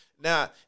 Now